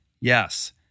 Yes